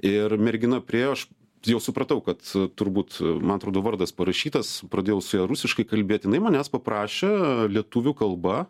ir mergina priėjo aš jau supratau kad turbūt man atrodo vardas parašytas pradėjau su ja rusiškai kalbėti jinai manęs paprašė lietuvių kalba